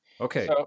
Okay